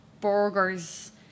burgers